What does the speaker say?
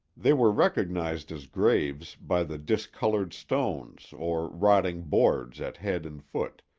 they were recognized as graves by the discolored stones or rotting boards at head and foot,